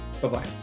bye-bye